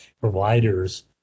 providers